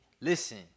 Listen